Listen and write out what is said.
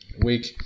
week